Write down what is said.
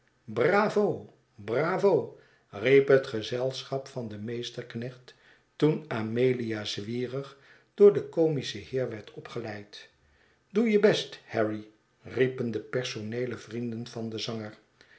bravo bravo riep het gezelschap van den meesterknecht toen amelia zwierig door den comischen heer werd opgeleid doe je best harry riepen de personeele vrienden van den zanger